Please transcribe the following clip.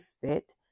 fit